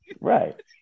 right